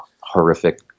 horrific